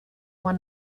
one